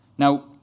Now